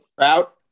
Out